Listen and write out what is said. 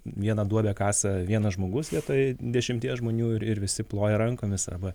vieną duobę kasa vienas žmogus vietoj dešimties žmonių ir ir visi ploja rankomis arba